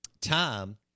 time